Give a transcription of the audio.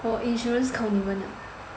我 insurance 靠你们了